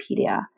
Wikipedia